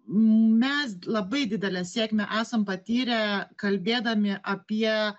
mes labai didelę sėkmę esam patyrę kalbėdami apie